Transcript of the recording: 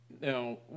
Now